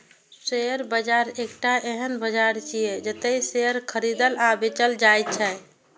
share बाजार एकटा एहन बाजार छियै, जतय शेयर खरीदल आ बेचल जाइ छै